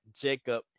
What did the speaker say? Jacob